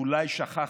אולי שכחתם,